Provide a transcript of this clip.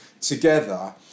together